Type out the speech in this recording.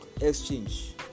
exchange